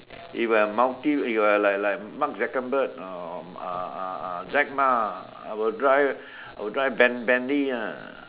if I'm multi if I like like mark-Zuckerberg or or uh uh uh Jack-Ma I will drive I will drive ben~ bentley ah